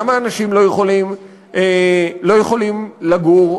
למה אנשים לא יכולים לגור,